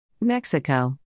Mexico